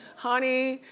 honey,